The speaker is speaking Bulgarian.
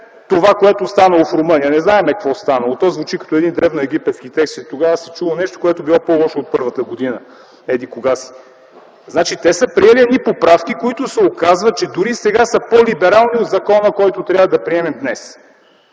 това, което е станало в Румъния ... Не знаем какво е станало, то звучи като един древноегипетски текст – че тогава се чуло нещо, което било по-лошо от първата година, еди-кога си. Значи те са приели едни поправки, които се оказва, че дори сега са по-либерални от закона, който трябва да приемем днес.